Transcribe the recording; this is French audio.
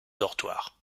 dortoirs